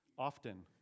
often